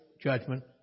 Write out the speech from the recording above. judgment